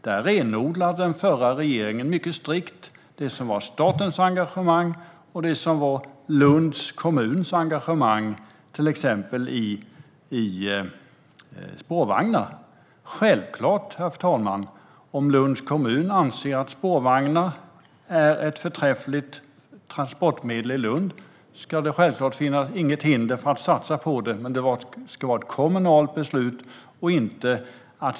Den förra regeringen renodlade mycket strikt vad som var statens engagemang och vad som var Lunds kommuns engagemang i till exempel spårvagnar. Herr talman! Om Lunds kommun anser att spårvagnar är ett förträffligt transportmedel i Lund ska det självklart inte finnas något hinder för att satsa på det, men det ska vara ett kommunalt beslut.